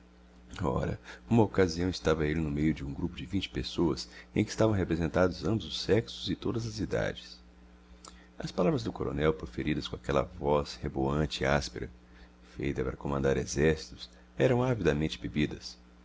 ora uma ocasião estava ele no meio de um grupo de vinte pessoas em que estavam representados ambos os sexos e todas as idades as palavras do coronel proferidas com aquela voz reboante e áspera feita para comandar exércitos eram avidamente bebidas